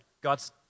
God's